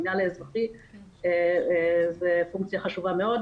זו פונקציה חשובה מאוד.